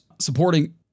supporting